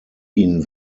ihn